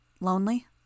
Lonely